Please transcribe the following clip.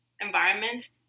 environment